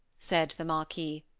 said the marquis,